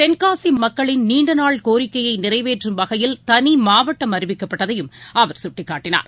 தென்காசிமக்களின் நீண்டநாள் கோரிக்கையைநிறைவேற்றும் வகையில் தனிமாவட்டம் அறிவிக்கப்பட்டதையும் அவர் சுட்டிக்காட்டினார்